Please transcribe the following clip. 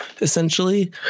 essentially